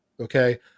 okay